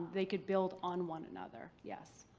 they could build on one another. yes.